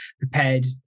prepared